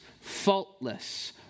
faultless